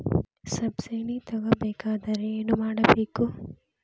Subsidy ತಗೊಬೇಕಾದರೆ ಏನು ಮಾಡಬೇಕು?